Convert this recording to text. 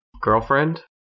Girlfriend